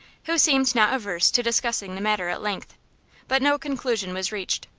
who seemed not averse to discussing the matter at length but no conclusion was reached.